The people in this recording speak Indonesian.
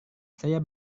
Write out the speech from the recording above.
saya